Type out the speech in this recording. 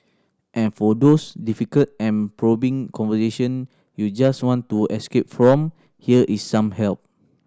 and for those difficult and probing conversation you just want to escape from here is some help